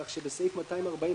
כך שבסעיף 240,